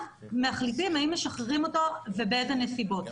אז מחליטים האם משחררים אותו ובאיזה נסיבות.